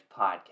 Podcast